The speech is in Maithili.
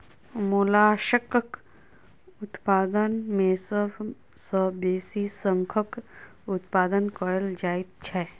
मोलास्कक उत्पादन मे सभ सॅ बेसी शंखक उत्पादन कएल जाइत छै